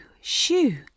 Shoo